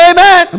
Amen